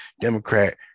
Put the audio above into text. democrat